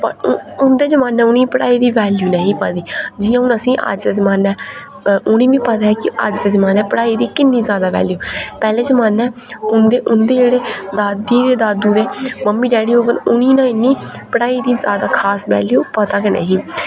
उन्दे जमाने उ'नेंगी पढ़ाई दी वल्यू नेही पता जि'यां हून असेंगी अज्ज दे जमाने उ'नेंगी बी पता ऐ कि अज्ज दे जमाने पढ़ाई दी किन्नी ज्यादा वैल्यू पैहले जमाने उन्दे जेह्ड़े दादी ते दादू दे मम्मी डेढी होङन उनेंगी ना इन्नी पढ़ाई दी ज्यादा खास वैल्यू पता के नेही